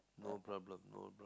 no problem no